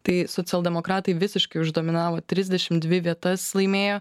tai socialdemokratai visiškai uždominavo trisdešim dvi vietas laimėjo